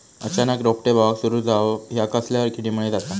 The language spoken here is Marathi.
अचानक रोपटे बावाक सुरू जवाप हया कसल्या किडीमुळे जाता?